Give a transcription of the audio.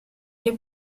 alle